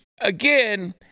again